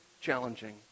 challenging